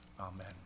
amen